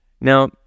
Now